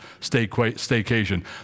staycation